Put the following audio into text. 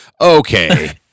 okay